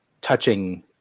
touching